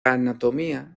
anatomía